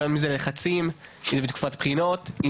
גם אם זה לחצים בתקופת בחינות,